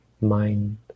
mind